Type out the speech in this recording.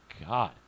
god